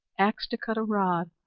axe to cut a rod,